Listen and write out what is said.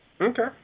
Okay